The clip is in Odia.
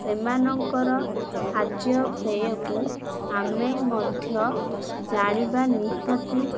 ସେମାନଙ୍କର ଖାଦ୍ୟପେୟକୁ ଆମେ ମଧ୍ୟ ଜାଣିବା ନିହାତି